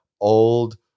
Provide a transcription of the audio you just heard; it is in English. old